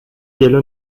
جلو